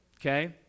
okay